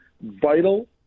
vital